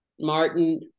Martin